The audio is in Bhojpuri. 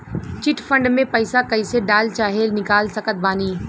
चिट फंड मे पईसा कईसे डाल चाहे निकाल सकत बानी?